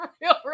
real